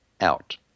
out